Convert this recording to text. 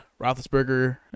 Roethlisberger